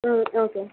ம் ஓகே